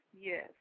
yes